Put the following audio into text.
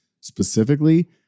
specifically